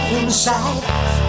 inside